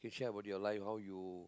you share about your life how you